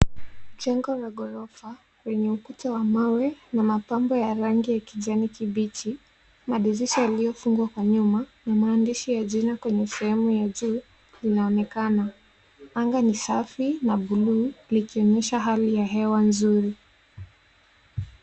Jengo la ghorofa, lenye ukuta wa mawe na mapambo ya rangi ya kijani kibichi na dirisha iliyofungwa kwa nyuma , na maandishi ya jina kwenye fremu ya juu inaonekana. Anga ni safi na buluu, likionyesha hali ya hewa nzuri.